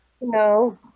No